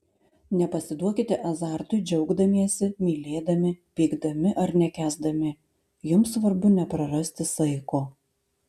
nepasiduokite azartui džiaugdamiesi mylėdami pykdami ar nekęsdami jums svarbu neprarasti saiko